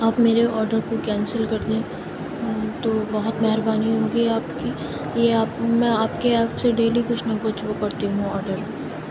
آپ میرے آرڈر کو کینسل کر دیں تو بہت مہربانی ہوگی آپ کی یہ آپ میں آپ کے یہاں سے ڈیلی کچھ نہ کچھ وہ کرتی ہوں آرڈر